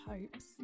Hopes